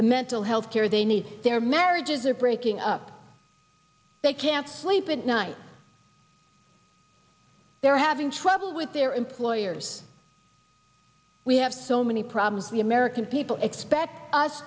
the mental health care they need their marriages are breaking up they can't sleep at night they're having trouble with their employers we have so many problems the american people expect us